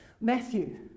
Matthew